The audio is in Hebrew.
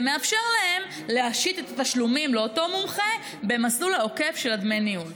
זה מאפשר להן להשית את התשלומים לאותו מומחה במסלול עוקף של דמי ניהול.